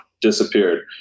disappeared